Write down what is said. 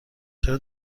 چرا